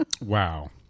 Wow